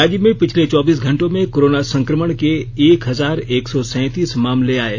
राज्य में पिछले चौबीस घंटों में कोरोना संक्रमण के एक हजार एक सौ सैंतीस मामले आये